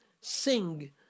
sing